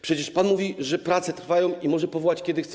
Przecież pan mówi, że prace trwają i że może powołać, kiedy chce.